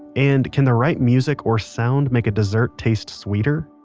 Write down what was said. and, can the right music or sound make a dessert taste sweeter?